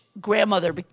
grandmother